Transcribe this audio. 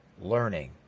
Learning